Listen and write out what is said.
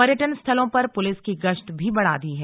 पर्यटन स्थलों पर पुलिस की गश्त भी बढ़ा दी है